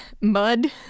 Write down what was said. Mud